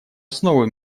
основы